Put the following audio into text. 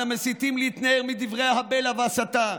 על המסיתים להתנער מדברי הבלע וההסתה.